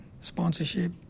sponsorship